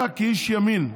אתה כאיש ימין,